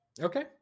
Okay